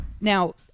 Now